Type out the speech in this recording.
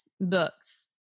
books